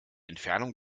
entfernung